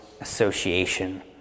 association